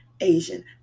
asian